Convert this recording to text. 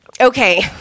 Okay